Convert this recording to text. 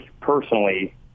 personally